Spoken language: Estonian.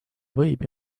võib